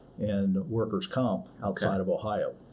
and workers' comp outside of ohio.